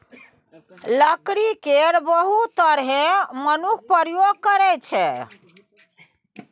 लकड़ी केर बहुत तरहें मनुख प्रयोग करै छै